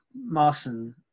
Marson